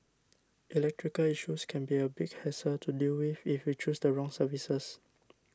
electrical issues can be a big hassle to deal with if you choose the wrong services